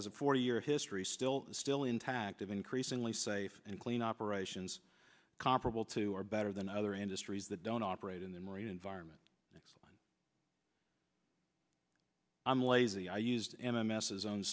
has a forty year history still still intact of increasingly safe and clean operations comparable to or better than other industries that don't operate in the marine environment because i'm lazy i used m m s his own